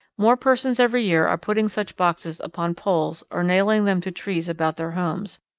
more persons every year are putting such boxes upon poles or nailing them to trees about their homes,